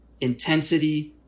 intensity